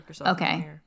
Okay